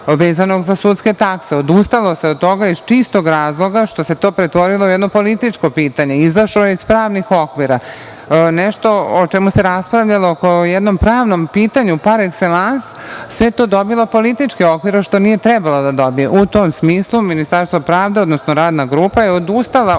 vezano za sudske takse. Odustalo se od toga, iz čistog razloga što se to pretvorilo u jedno političko pitanje, izašlo je iz pravnih okvira. Nešto o čemu se raspravljalo po jednom pravnom pitanju, parekselans, sve je to dobilo politički okvir, što nije trebalo da dobije. U tom smislu Ministarstvo pravde, odnosno Radna grupa je odustala od